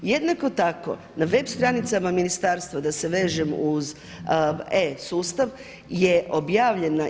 Jednako tako na web stranicama ministarstva da se vežem uz e-sustav je objavljena.